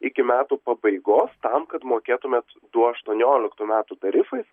iki metų pabaigos tam kad mokėtumėt du aštuonioliktų metų tarifais